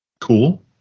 Cool